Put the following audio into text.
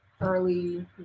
early